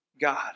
God